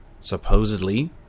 Supposedly